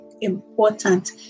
important